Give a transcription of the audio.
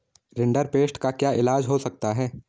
rinderpest का क्या इलाज हो सकता है